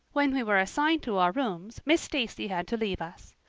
when we were assigned to our rooms miss stacy had to leave us.